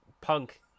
punk